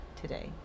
today